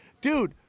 dude